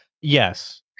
Yes